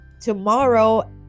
tomorrow